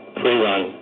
pre-run